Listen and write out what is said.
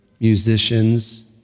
musicians